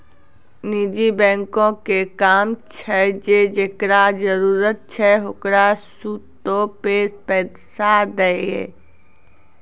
निजी बैंको के काम छै जे जेकरा जरुरत छै ओकरा सूदो पे पैसा दिये